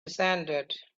descended